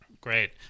Great